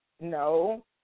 no